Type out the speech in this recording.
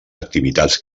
activitats